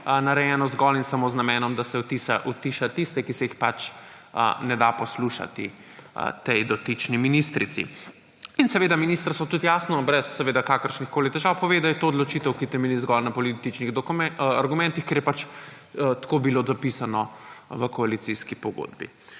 narejeno zgolj in samo z namenom, da se utiša tiste, ki se jih pač ne da poslušati tej dotični ministrici. In seveda ministrstvo tudi jasno, brez kakršnihkoli težav pove, da je to odločitev, ki temelji zgolj na političnih argumentih, ker je pač bilo tako zapisano v koalicijski pogodbi.